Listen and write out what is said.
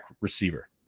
receiver